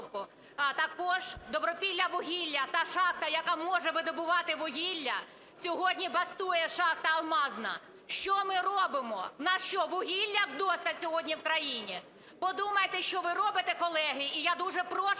а також "Добропіллявугілля" – та шахта, яка може видобувати вугілля, сьогодні бастує шахта "Алмазна". Що ми робимо? У нас, що вугілля вдосталь сьогодні в країні? Подумайте, що ви робите, колеги. І я дуже прошу